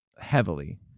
heavily